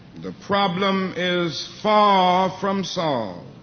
the problem is far from solved.